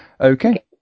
Okay